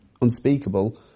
unspeakable